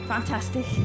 Fantastic